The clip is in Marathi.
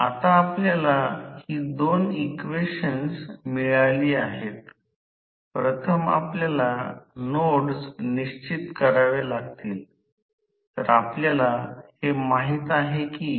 आता मशीन फक्त ट्रान्सफॉर्मर म्हणून कार्य करते जिथे स्टॅटर ज्याला आपण प्राथमिक ट्रान्सफॉर्मर म्हणतो आणि रोटर दुय्यम स्थिर बदलण्याऐवजी त्यांच्यामध्ये फिरणार्या चुंबकीय प्रवाहातील emf असतो